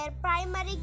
primary